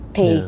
thì